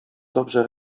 dobrze